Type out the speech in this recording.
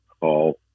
Call